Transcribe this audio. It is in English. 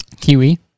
Kiwi